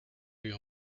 you